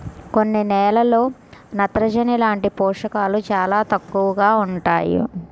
కొన్ని నేలల్లో నత్రజని లాంటి పోషకాలు చాలా తక్కువగా ఉంటాయి